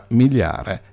miliare